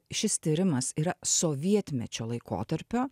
šis tyrimas yra sovietmečio laikotarpio